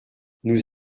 nous